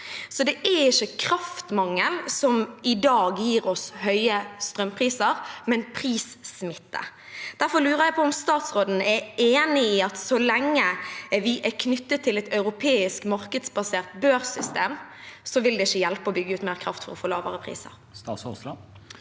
Så det er ikke kraftmangel som i dag gir oss høye strømpriser, men prissmitte. Derfor lurer jeg på om statsråden er enig i at så lenge vi er knyttet til et europeisk markedsbasert børssystem, vil det ikke hjelpe å bygge ut mer kraft for å få lavere priser. Statsråd